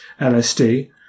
LSD